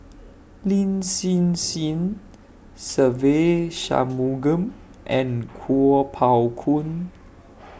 Lin Hsin Hsin Se Ve Shanmugam and Kuo Pao Kun